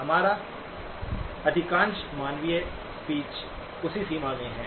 हमारा अधिकांश मानवीय स्पीच उसी सीमा में है